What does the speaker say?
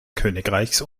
königreichs